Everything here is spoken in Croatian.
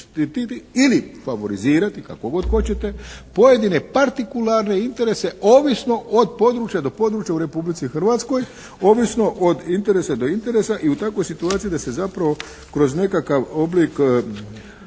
ili favorizirati kako god hoćete, pojedine partikularne interese ovisno od područja do područja u Republici Hrvatskoj, ovisno od interesa do interesa i u takvoj situaciji da se zapravo kroz nekakav oblik